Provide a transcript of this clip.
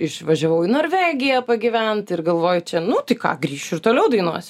išvažiavau į norvegiją pagyvent ir galvoju čia nu tai ką grįšiu ir toliau dainuosiu